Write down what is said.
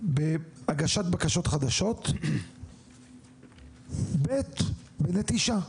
בהגשת בקשות חדשות, ב' בנטישה.